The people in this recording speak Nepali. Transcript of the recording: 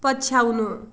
पछ्याउनु